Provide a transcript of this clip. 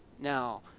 Now